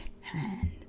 hand